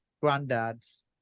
granddad's